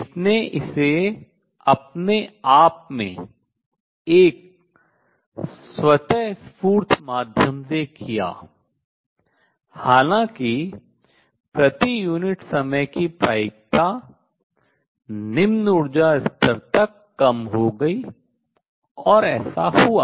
इसने इसे अपने आप में एक स्वतःस्फूर्त माध्यम से किया हालांकि प्रति यूनिट समय की प्रायिकता निम्न ऊर्जा स्तर तक कम हो गई और ऐसा हुआ